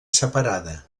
separada